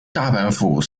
大阪府